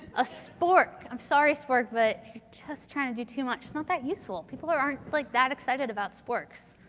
a spork. i'm sorry, spork, but you're just trying to do too much. it's not that useful. people aren't like that excited about sporks.